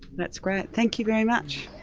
that's great, thank you very much.